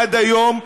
עד היום,